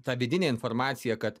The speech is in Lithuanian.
tą vidinę informaciją kad